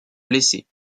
blessés